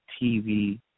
TV